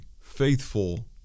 faithful